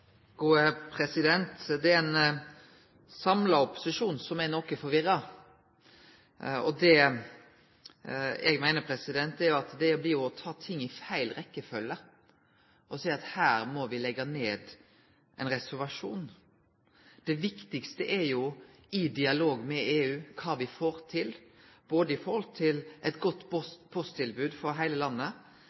ein samla opposisjon som er noko forvirra. Eg meiner at det blir å ta ting i feil rekkjefølgje å seie at her må me leggje ned ein reservasjon. Det viktigaste er kva me i dialog med EU får til i forhold til eit godt posttilbod for heile landet,